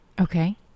Okay